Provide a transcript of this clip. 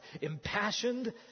impassioned